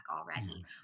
already